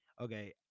Okay